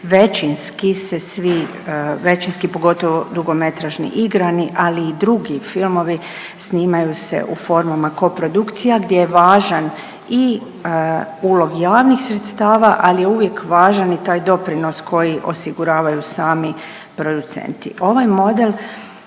većinski se svi, većinski, pogotovo dugometražni igrani, ali i drugi filmovi snimaju se u formama koprodukcija gdje je važan i ulog javnih sredstava, ali je uvijek važan i taj doprinos koji osiguravaju sami producenti. Ovaj model